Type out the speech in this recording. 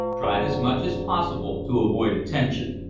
tried as much as possible to avoid attention.